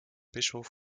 bischof